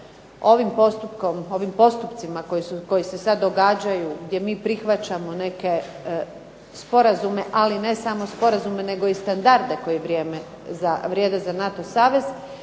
ovim postupcima koji se sad događaju gdje mi prihvaćamo neke sporazume, ali ne samo sporazume nego i standarde koji vrijede za NATO savez,